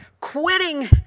quitting